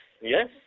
yes